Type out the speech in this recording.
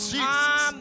Jesus